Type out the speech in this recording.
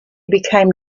became